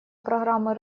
программы